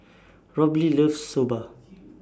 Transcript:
Robley loves Soba